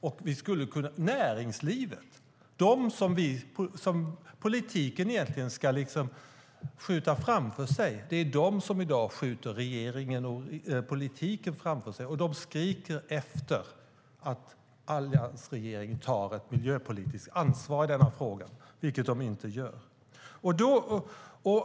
Det är näringslivet, som politiken egentligen ska skjuta framför sig, som skjuter regeringen och politiken framför sig. De skriker efter att alliansregeringen ska ta ett miljöpolitiskt ansvar i denna fråga, vilket de inte gör.